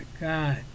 God